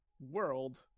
world